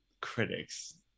Critics